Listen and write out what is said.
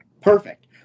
perfect